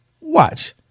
Watch